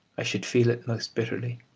i should feel it most bitterly.